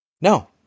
No